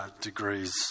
Degrees